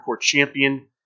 Champion